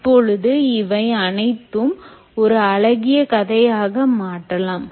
இப்பொழுது இவை அனைத்தையும் ஒரு அழகிய கதையாக மாற்றலாம்